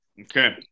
Okay